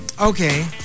Okay